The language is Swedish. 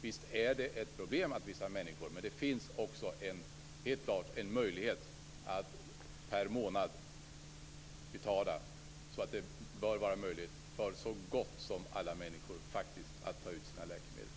Visst är det ett problem att vissa människor inte anser sig ha råd att lösa ut sin medicin. Men det finns också en möjlighet att betala per månad. Därmed bör det vara möjligt för så gott som alla människor att hämta ut sina läkemedel.